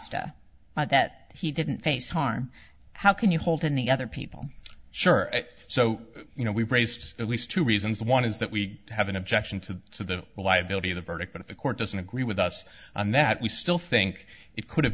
not that he didn't face harm how can you hold in the other people sure so you know we've raised at least two reasons one is that we have an objection to the reliability of the verdict but if the court doesn't agree with us on that we still think it could have